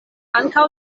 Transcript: ankaŭ